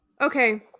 okay